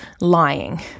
lying